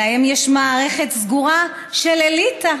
להם יש מערכת סגורה של אליטה.